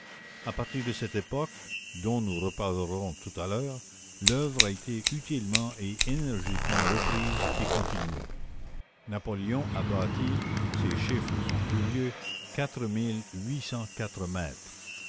à partir de cette époque dont nous reparlerons tout à l'heure l'oeuvre a été utilement et énergiquement reprise et continuée napoléon a bâti ces chiffres sont curieux